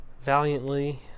Valiantly